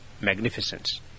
magnificence